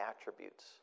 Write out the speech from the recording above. attributes